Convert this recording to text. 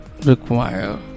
require